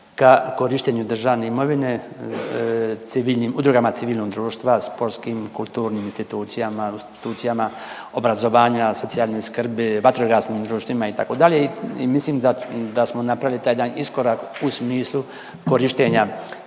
ka korištenju državne imovine udrugama civilnog društva, sportskim, kulturnim institucijama, institucijama obrazovanja, socijalne skrbi, vatrogasnim društvima itd. i mislim da smo napravili taj jedan iskorak u smislu korištenja